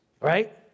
Right